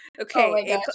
okay